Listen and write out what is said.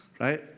right